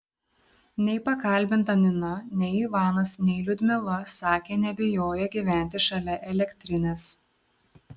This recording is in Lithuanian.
nei pakalbinta nina nei ivanas nei liudmila sakė nebijoję gyventi šalia elektrinės